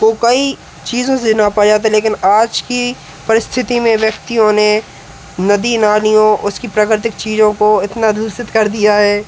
को कई चीजों से नापा जाता लेकिन आज की परिस्थिति में व्यक्तियों ने नदी नालियों उसकी प्रक्रतिक चीजो को इतना दूषित कर दिया है